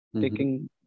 taking